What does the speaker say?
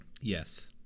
Yes